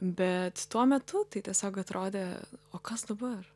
bet tuo metu tai tiesiog atrodė o kas dabar